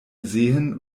sehen